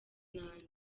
nanjye